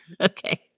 Okay